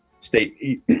state –